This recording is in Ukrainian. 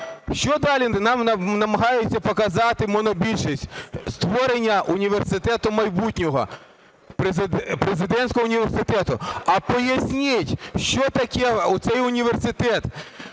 Що далі нам намагається показати монобільшість? Створення університету майбутнього, президентського університету. А поясніть, що таке цей університет?